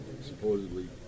supposedly